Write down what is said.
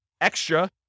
extra